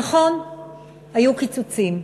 נכון, היו קיצוצים,